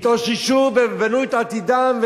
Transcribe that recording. התאוששו ובנו את עתידם,